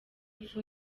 ifu